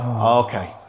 Okay